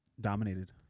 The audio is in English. dominated